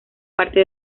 parte